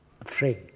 afraid